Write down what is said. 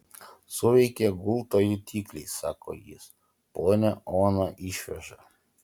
suveikė gulto jutikliai sako jis ponią oną išveža